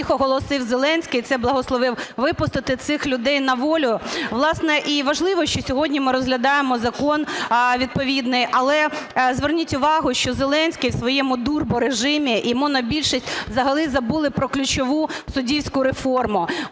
Власне, і важливо, що сьогодні ми розглядаємо закон відповідний. Але зверніть увагу, що Зеленський в своєму "дурборежимі" і монобільшість взагалі забули про ключову суддівську реформу,